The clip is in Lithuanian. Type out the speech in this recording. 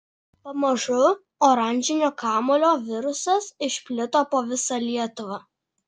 pamažu oranžinio kamuolio virusas išplito po visą lietuvą